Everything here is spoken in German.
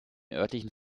örtlichen